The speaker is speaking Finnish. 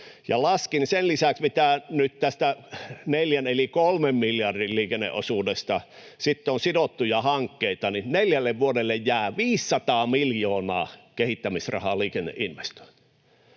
Laskin sen lisäksi, mitä nyt tästä kolme miljardin liikenneosuudesta on sidottuja hankkeita, että neljälle vuodelle jää 500 miljoonaa kehittämisrahaa liikenneinvestoinneille.